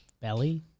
Belly